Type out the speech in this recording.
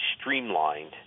streamlined